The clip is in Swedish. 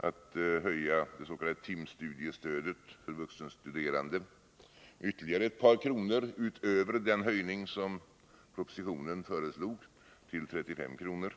som går ut på en höjning av det s.k. timstudiestödet till vuxenstuderande med ytterligare ett par kronor — till 35 kr. — utöver den höjning som har föreslagits i propositionen.